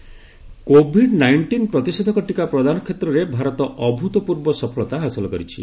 vaccination COVID nineteen ପ୍ରତିଷେଧକ ଟିକା ପ୍ରଦାନ କ୍ଷେତ୍ରରେ ଭାରତ ଅଭ୍ରତପୂର୍ବ ସଫଳତା ହାସଲ କରିଛି